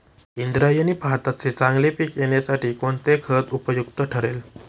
इंद्रायणी भाताचे चांगले पीक येण्यासाठी कोणते खत उपयुक्त ठरेल?